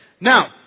now